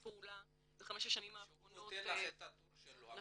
פעולה בחמש השנים האחרונות --- שהוא נתן לך את התור שלו עכשיו.